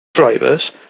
Drivers